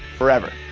forever.